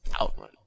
outrun